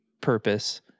purpose